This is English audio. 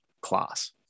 class